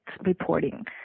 reporting